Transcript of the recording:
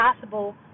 possible